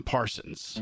Parsons